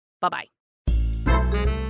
Bye-bye